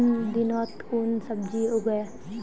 कुन दिनोत कुन सब्जी उगेई?